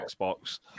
Xbox